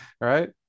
Right